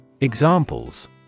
Examples